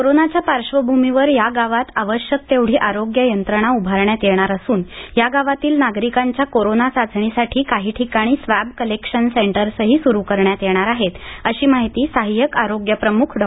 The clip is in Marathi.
कोरोनाच्या पार्श्वभूमीवर या गावांत आवश्यक तेवढी आरोग्य यंत्रणा उभारण्यात येणार असून या गावांतील नागरिकांच्या कोरोना चाचणीसाठी काही ठिकाणी स्वॅब कलेक्शन सेंटरही सुरू करण्यात येणार आहेत अशी माहिती सहाय्यक आरोग्य प्रमुख डॉ